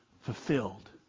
fulfilled